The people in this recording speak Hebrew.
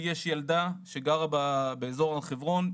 לי יש ילדה שגרה באיזור הר חברון,